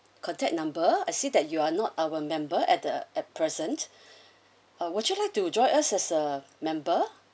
contact number I see that you are not our member at the at present uh would you like to join us as a member